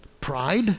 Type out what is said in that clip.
pride